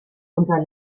unser